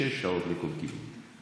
שש שעות לכל כיוון.